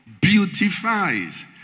beautifies